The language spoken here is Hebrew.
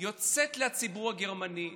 יוצאת לציבור הגרמני,